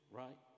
right